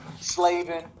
slaving